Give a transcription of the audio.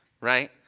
right